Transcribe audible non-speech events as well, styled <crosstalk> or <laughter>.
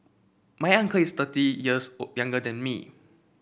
my uncle is thirty years <unintelligible> younger than me